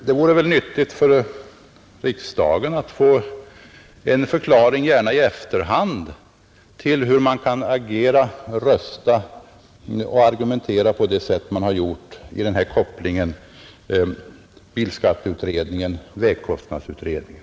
Det vore nyttigt för riksdagen att få en förklaring, gärna i efterhand, till hur man kan agera, rösta och argumentera på det sätt man har gjort i den här kopplingen bilskatteutredningen-vägkostnadsutredningen.